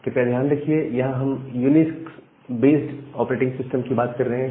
कृपया ध्यान रखिए यहां हम यूनिक्स बेस्ड ऑपरेटिंग सिस्टम की बात कर रहे हैं